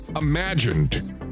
imagined